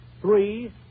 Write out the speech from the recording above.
Three